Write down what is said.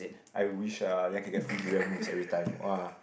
I wish ah that I can get free durian mousse everytime [wah]